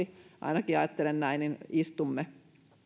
ainakin ajattelen näin istumme